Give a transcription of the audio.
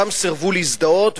גם סירבו להזדהות,